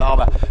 תודה רבה.